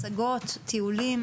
הצגות, טיולים.